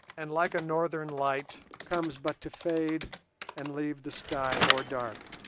and like a northern light, comes but to fade and leave the sky more dark.